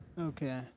Okay